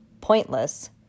pointless